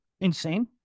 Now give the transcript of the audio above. insane